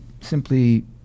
simply